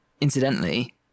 incidentally